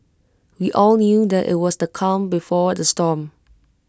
we all knew that IT was the calm before the storm